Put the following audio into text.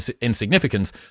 insignificance